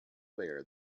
bear